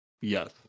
Yes